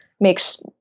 makes